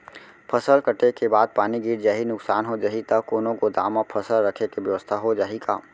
फसल कटे के बाद पानी गिर जाही, नुकसान हो जाही त कोनो गोदाम म फसल रखे के बेवस्था हो जाही का?